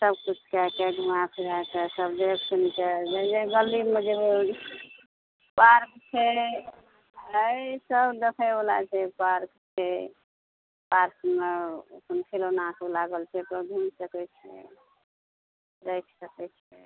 सब किछु कए कऽ घुमा फिराए कऽ सब देख सुनि कऽ जाहि गलीमे जेबै ओहि पार्क छै एहि सब देखय वला छै पार्क छै पार्कमे अपन खिलौना सब लागल छै घुमि सकै छियै राखि सकै छियै